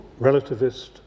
relativist